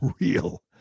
real